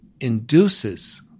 induces